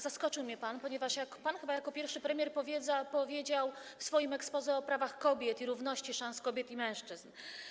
Zaskoczył mnie pan, ponieważ pan chyba jako pierwszy premier powiedział w swoim exposé o prawach kobiet i równości szans kobiet i mężczyzn.